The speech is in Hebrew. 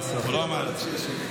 לא, הוא לא אמר את זה.